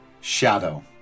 shadow